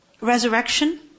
resurrection